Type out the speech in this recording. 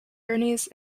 pyrenees